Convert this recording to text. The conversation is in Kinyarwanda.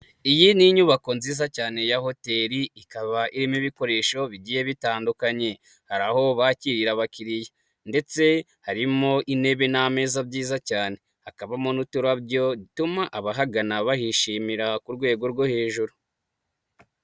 Iyi ni inyubako nziza cyane ya hotel ikaba irimo ibikoresho bigiye bitandukanye, hari aho bakirira abakiriya ndetse harimo intebe n'ameza byiza cyane, hakabamo n'uturababyo dutuma abahagana bahishimira ku rwego rwo hejuru.